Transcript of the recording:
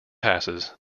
passes